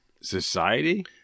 Society